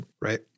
right